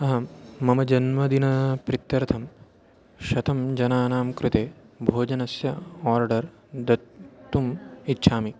अहं मम जन्मदिनप्रीत्यर्थं शतं जनानां कृते भोजनस्य आर्डर् दत्तुम् इच्छामि